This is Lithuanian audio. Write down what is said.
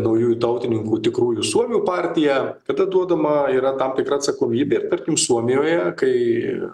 naujųjų tautininkų tikrųjų suomių partija kada duodama yra tam tikra atsakomybė ir tarkim suomijoje kai